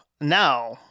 now